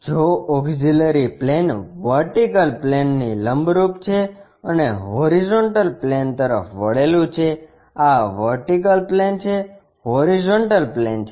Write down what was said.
જો auxiliary plane vertical પ્લેનની લંબરૂપ છે અને હોરીઝોન્ટલ પ્લેન તરફ વળેલું છે આ વર્ટિકલ પ્લેન છે હોરીઝોન્ટલ પ્લેન છે